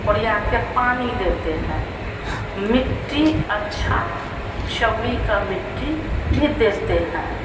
कोड़ियाकर पानी देते हैं मिट्टी अच्छी चौँरी की मिट्टी भी देते हैं